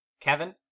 Kevin